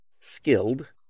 skilled